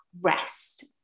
rest